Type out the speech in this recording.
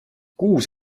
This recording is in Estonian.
kuus